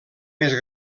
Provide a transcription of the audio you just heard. més